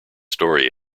story